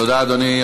תודה, אדוני.